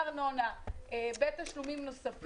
בארנונה, בתשלומים נוספים.